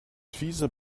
fiese